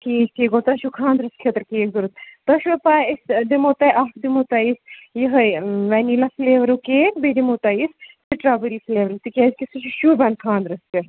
ٹھیٖک ٹھیٖک گوٚو تۄہہِ چھُو خانٛدرَس خٲطرٕ کیک ضوٚرَتھ تۄہہِ چھُوا پَے أسۍ دِمو تۄہہِ اَکھ دِمو تۄہہِ أسۍ یِہوٚے وٮ۪نیٖلا فٕلیورُک کیک بیٚیہِ دِمو تۄہہِ أسۍ سِٹرابٔری فٕلیورُک تِکیٛازِ کہِ سُہ چھِ شوٗبان خانٛدرَس پٮ۪ٹھ